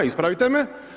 Ispravite me.